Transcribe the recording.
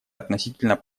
относительно